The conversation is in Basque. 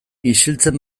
isiltzen